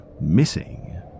missing